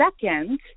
second